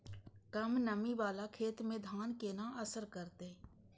कम नमी वाला खेत में धान केना असर करते?